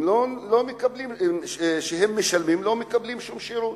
לא מקבלים שום שירות.